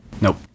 Nope